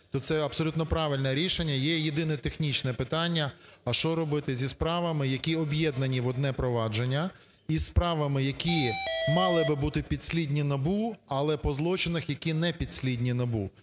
то це абсолютно правильне рішення. Є єдина технічне питання: а що робити зі справами, які об'єднані в одне провадження із справами, які мали би бути підслідні НАБУ, але по злочинах, які не підслідні НАБУ?